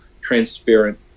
transparent